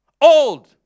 Old